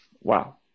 wow